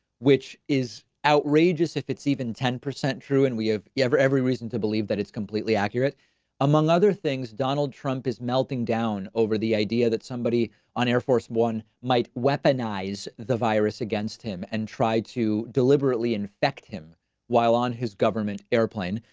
which is outrageous if it's even ten percent true and we have yeah every reason to believe that it's completely accurate among other things. donald trump is melting down over the idea that somebody on air force one, might weaponized the virus, against him and try to deliberately infect him while on his government airplane.